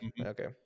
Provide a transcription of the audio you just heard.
Okay